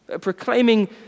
Proclaiming